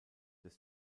des